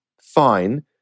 fine